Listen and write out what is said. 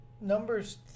Numbers